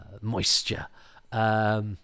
moisture